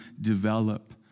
develop